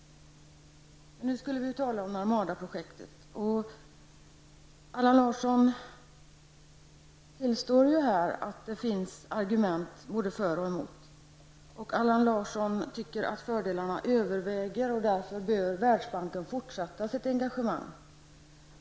Nu skulle vi ju tala om Narmada-projektet. Allan Larsson tillstår här att det finns argument både för och emot. Allan Larsson tycker att fördelarna överväger och att Världsbanken därför bör fortsätta sitt engagemang.